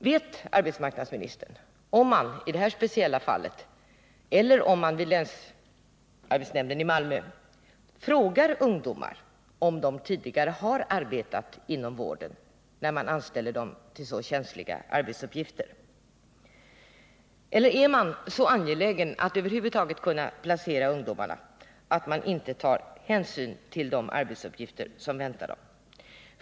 Vet arbetsmarknadsministern om man i detta speciella fall eller över huvud taget vid länsarbetsnämnden i Malmö frågar ungdomar om de tidigare har arbetat inom vården när man anställer dem till så känsliga arbetsuppgifter? Eller är man så angelägen att över huvud taget kunna placera ungdomarna att man inte tar hänsyn till de arbetsuppgifter som väntar dem?